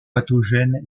pathogène